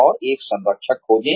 और एक संरक्षक खोजें